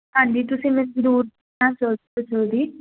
ਹਾਂਜੀ ਤੁਸੀਂ ਮੈਨੂੰ